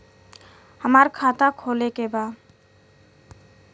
हमार खाता खोले के बा?